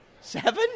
Seven